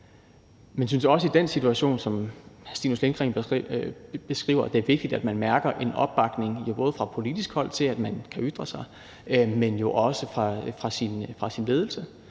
Men jeg synes også i den situation, som hr. Stinus Lindgreen beskriver, at det er vigtigt, at man mærker en opbakning både fra politisk hold til, at man kan ytre sig, men jo også fra sin ledelse,